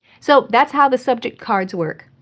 so that's how the subject cards work.